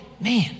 Man